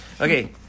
Okay